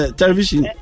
television